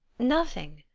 nothing,